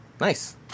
Nice